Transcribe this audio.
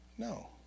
No